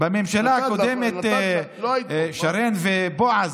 בממשלה הקודמת, שרן ובועז,